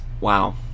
Wow